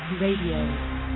Radio